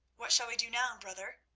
what shall we do now, brother?